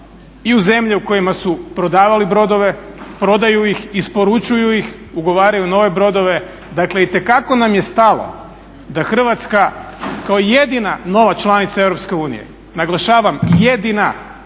i u zemlje u kojima su prodavali brodove, prodaju ih, isporučuju ih, ugovaraju nove brodove. Dakle itekako nam je stalo da Hrvatska kao jedina nova članica EU, naglašavam, jedina,